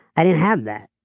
i didn't have that,